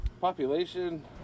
Population